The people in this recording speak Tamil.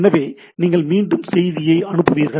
எனவே நீங்கள் மீண்டும் செய்தியை அனுப்புவீர்கள்